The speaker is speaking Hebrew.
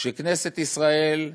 וכנסת ישראל,